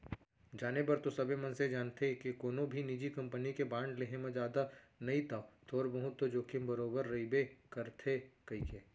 जाने बर तो सबे मनसे जानथें के कोनो भी निजी कंपनी के बांड लेहे म जादा नई तौ थोर बहुत तो जोखिम बरोबर रइबे करथे कइके